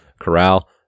Corral